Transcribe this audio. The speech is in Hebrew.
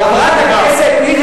חברת הכנסת מירי רגב,